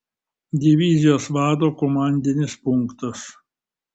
divizijos vado komandinis punktas